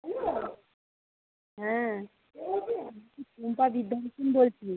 hello হ্যাঁ কে বলছেন আমি টুম্পা বলছি